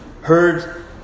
heard